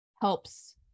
helps